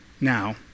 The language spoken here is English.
Now